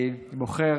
אני בוחר